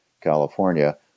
California